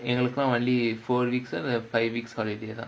எங்களுக்கும்:engalukkum only four week five weeks holiday lah